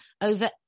over